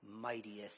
mightiest